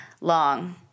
long